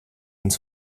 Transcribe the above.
uns